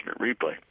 replay